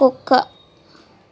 కుక్క